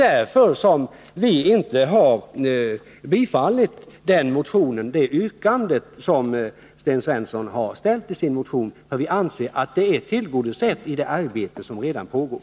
Därför har vi inte heller tillstyrkt det yrkande som Sten Svensson har framställt i sin motion, eftersom vi anser att det är tillgodosett i det arbete som redan pågår.